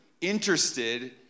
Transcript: interested